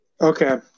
Okay